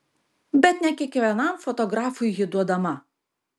bet ne kiekvienam fotografui ji duodama